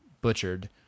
butchered